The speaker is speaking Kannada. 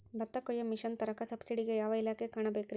ಭತ್ತ ಕೊಯ್ಯ ಮಿಷನ್ ತರಾಕ ಸಬ್ಸಿಡಿಗೆ ಯಾವ ಇಲಾಖೆ ಕಾಣಬೇಕ್ರೇ?